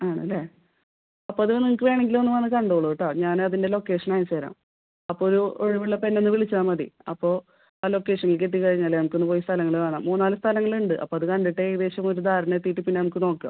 ആണല്ലേ അപ്പം അത് നിങ്ങൾക്ക് വേണമെങ്കിലൊന്ന് വന്ന് കണ്ടോളൂ കേട്ടോ ഞാൻ അതിൻ്റെ ലൊക്കേഷൻ അയച്ചുതരാം അപ്പോൾ ഒരു ഒഴിവുള്ളപ്പോൾ എന്നെയൊന്ന് വിളിച്ചാൽ മതി അപ്പോൾ ആ ലൊക്കേഷനിലേക്കെത്തി കഴിഞ്ഞാൽ നമുക്കൊന്ന് പോയി സ്ഥലങ്ങൾ കാണാം മൂന്നുനാല് സ്ഥലങ്ങളുണ്ട് അപ്പം അത് കണ്ടിട്ട് ഏകദേശം ഒരു ധാരണ എത്തിയിട്ട് പിന്നെ നമുക്ക് നോക്കാം